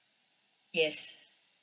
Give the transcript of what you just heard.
yes